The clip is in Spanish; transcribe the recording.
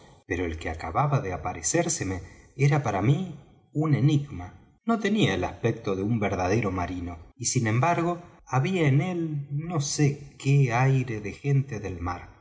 pero el que acababa de aparecérseme era para mí un enigma no tenía el aspecto de un verdadero marino y sin embargo había en él no sé qué aire de gente del mar